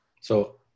So-